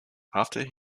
after